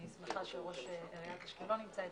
אני שמחה שראש עיריית אשקלון נמצא אתנו,